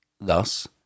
Thus